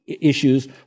issues